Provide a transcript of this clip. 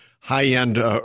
high-end